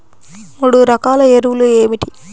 మూడు రకాల ఎరువులు ఏమిటి?